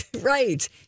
right